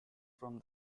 from